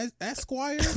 Esquire